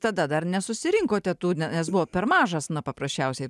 tada dar nesusirinkote tų nes buvot per mažas na paprasčiausiai